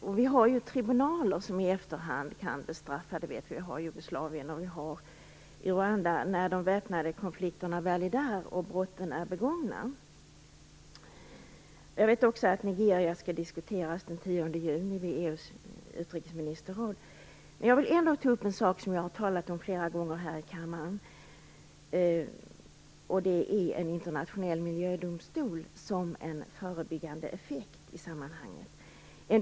Det finns ju tribunaler som kan utdöma straff i efterhand, när väpnade konflikter uppstår och brott har begåtts. Sådana finns när det gäller Jugoslavien och Rwanda. Jag vet också att man skall diskutera Nigeria den 10 juni vid EU:s utrikesministerråd. Jag vill ändå ta upp något som jag har talat om flera gånger förut här i kammaren, nämligen en internationell miljödomstol som kan verka förebyggande i sammanhanget.